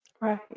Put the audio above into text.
right